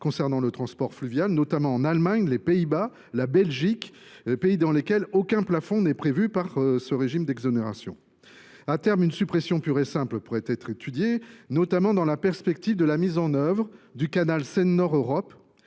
concernés par le transport fluvial, par exemple l’Allemagne, les Pays Bas et la Belgique, pays dans lesquels aucun plafond n’est prévu par le régime d’exonération. À terme, une suppression pure et simple du plafond pourrait être étudiée, notamment dans la perspective de la mise en service du canal Seine Nord Europe,